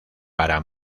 para